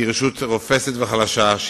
התרעות על פיגועים ביהודה,